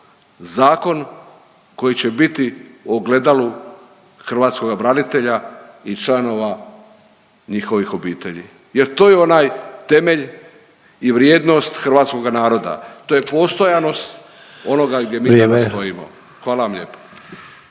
zakon koji će biti ogledalo hrvatskoga branitelja i članova njihovih obitelj, jer to je onaj temelj i vrijednost hrvatskoga naroda. To je postojanost onoga gdje mi … /Upadica Sanader: Vrijeme./